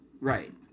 Right